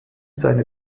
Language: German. seine